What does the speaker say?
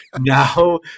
Now